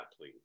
please